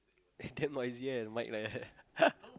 and damn noisy leh the mic leh